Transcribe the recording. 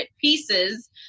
pieces